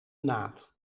naad